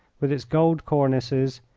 with its gold cornices,